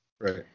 right